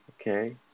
Okay